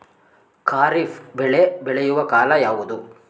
ಖಾರಿಫ್ ಬೆಳೆ ಬೆಳೆಯುವ ಕಾಲ ಯಾವುದು?